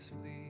flee